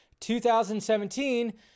2017